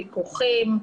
פיקוחים.